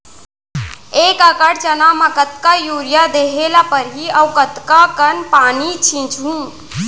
एक एकड़ चना म कतका यूरिया देहे ल परहि अऊ कतका कन पानी छींचहुं?